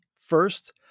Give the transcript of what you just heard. first